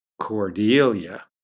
Cordelia